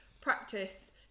practice